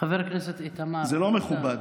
חבר הכנסת איתמר, זה לא מכובד.